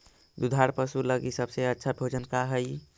दुधार पशु लगीं सबसे अच्छा भोजन का हई?